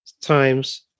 times